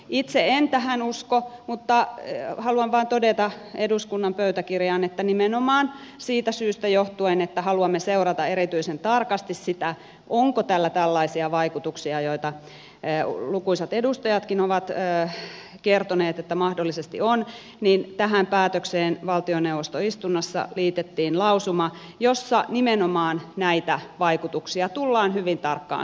itse en tähän usko mutta haluan vain todeta eduskunnan pöytäkirjaan että nimenomaan siitä syystä johtuen että haluamme seurata erityisen tarkasti sitä onko tällä tällaisia vaikutuksia joita lukuisat edustajatkin ovat kertoneet että mahdollisesti on tähän päätökseen valtioneuvostoistunnossa liitettiin lausuma jossa nimenomaan näitä vaikutuksia tullaan hyvin tarkkaan seuraamaan